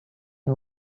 and